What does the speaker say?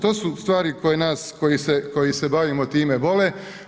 To su stvari koje nas, koji se bavimo time vole.